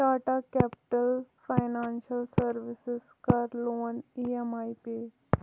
Tata capital financial services کَر loan E M I pay